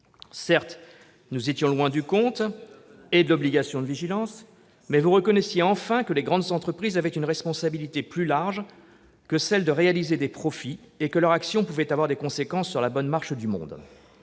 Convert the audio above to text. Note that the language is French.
Certes, nous étions loin du compte, mais vous reconnaissiez enfin que les grandes entreprises avaient une responsabilité plus large que celle de réaliser des profits et que leur action pouvait avoir des conséquences sur la bonne marche du monde.